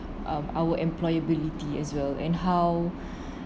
um our employability as well and how